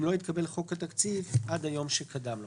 אם לא התקבל חוק התקציב עד היום שקדם לו."